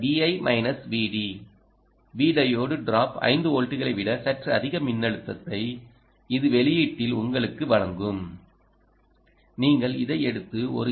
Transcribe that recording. V diode drop 5 வோல்ட்டுகளை விட சற்று அதிக மின்னழுத்தத்தை இது வெளியீட்டில் உங்களுக்கு வழங்கும் நீங்கள் இதை எடுத்து ஒரு எல்